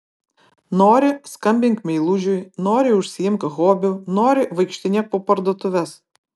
nori skambink meilužiui nori užsiimk hobiu nori vaikštinėk po parduotuves